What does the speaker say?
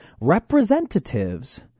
representatives